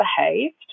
behaved